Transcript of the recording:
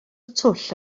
twll